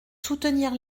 soutenir